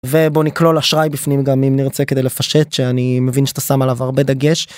ובוא נכלול אשראי בפנים גם אם נרצה כדי לפשט שאני מבין שאתה שם עליו הרבה דגש.